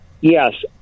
Yes